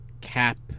cap